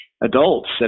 adults